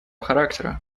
характера